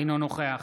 אינו נוכח